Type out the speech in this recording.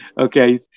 Okay